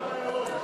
משרד הכלכלה,